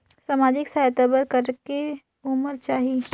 समाजिक सहायता बर करेके उमर चाही?